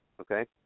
Okay